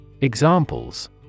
Examples